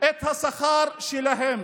את השכר שלהם,